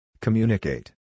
Communicate